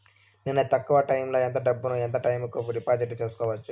నేను తక్కువ టైములో ఎంత డబ్బును ఎంత టైము కు డిపాజిట్లు సేసుకోవచ్చు?